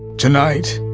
tonight,